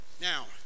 Now